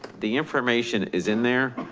the information is in there,